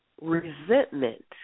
Resentment